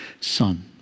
son